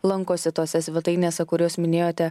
lankosi tose svetainėse kur jūs minėjote